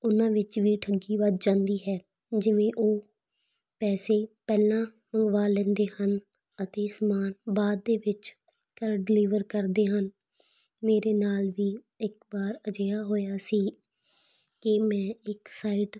ਉਹਨਾਂ ਵਿੱਚ ਵੀ ਠੱਗੀ ਵੱਧ ਜਾਂਦੀ ਹੈ ਜਿਵੇਂ ਉਹ ਪੈਸੇ ਪਹਿਲਾਂ ਮੰਗਵਾ ਲੈਂਦੇ ਹਨ ਅਤੇ ਸਮਾਨ ਬਾਅਦ ਦੇ ਵਿੱਚ ਘਰ ਡਿਲੀਵਰ ਕਰਦੇ ਹਨ ਮੇਰੇ ਨਾਲ ਵੀ ਇੱਕ ਵਾਰ ਅਜਿਹਾ ਹੋਇਆ ਸੀ ਕਿ ਮੈਂ ਇੱਕ ਸਾਈਡ